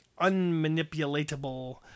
unmanipulatable